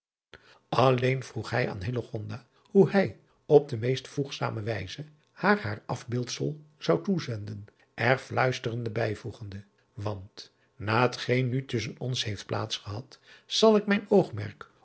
lleen vroeg hij aan hoe hij op de meest voegzame wijze haar haar afbeeldsel zou toezenden er fluisterend bijvoegende want na het geen nu tusschen ons heeft plaats gehad zal ik mijn oogmerk